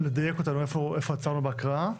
לדייק אותנו איפה עצרנו בהקראה.